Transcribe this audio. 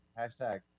Hashtag